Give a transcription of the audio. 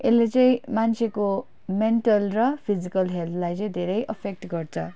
यसले चाहिँ मान्छेको मेन्टल र फिजिकल हेल्थलाई चाहिँ धेरै अफेक्ट गर्छ